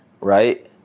right